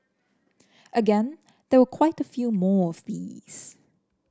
again there were quite a few more of these